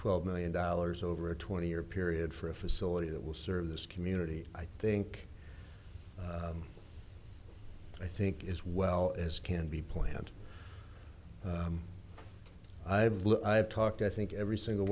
twelve million dollars over a twenty year period for a facility that will serve this community i think i think as well as can be planned i've looked i've talked i think every single